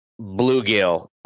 bluegill